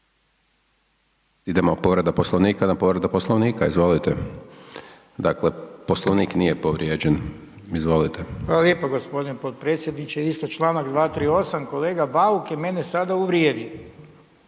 Hvala lijepo gospodine potpredsjedniče. Isto čl. 238. kolega Bauk je mene sada uvrijedio